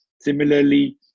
Similarly